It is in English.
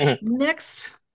next